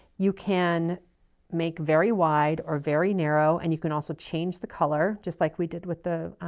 you can make very wide or very narrow and you can also change the color just like we did with the